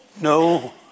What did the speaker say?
No